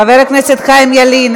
חבר הכנסת חיים ילין,